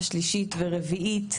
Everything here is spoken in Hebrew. שלישית ורביעית,